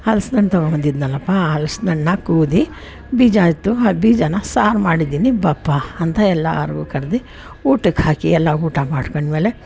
ಹಲ್ಸಿನಣ್ಣು ತೊಗೋ ಬಂದಿದ್ನಲ್ಲಪ್ಪಾ ಆ ಹಲ್ಸಿನಣ್ನ ಕುಯ್ದ ಬೀಜ ಇತ್ತು ಆ ಬೀಜನ ಸಾರು ಮಾಡಿದ್ದೀನಿ ಬಾ ಅಪ್ಪ ಅಂತ ಎಲ್ಲಾರಿಗೂ ಕರ್ದು ಊಟಕ್ಕೆ ಹಾಕಿ ಎಲ್ಲ ಊಟ ಮಾಡ್ಕೊಂಡ್ಮೇಲೆ